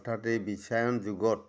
অৰ্থাৎ এই বিশ্ৱায়ন যুগত